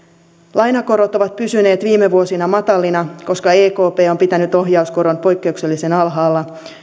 lainakorot ovat pysyneet viime vuosina matalina koska ekp on pitänyt ohjauskoron poikkeuksellisen alhaalla